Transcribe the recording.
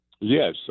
Yes